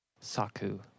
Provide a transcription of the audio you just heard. Saku